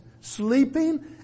sleeping